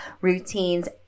routines